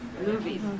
movies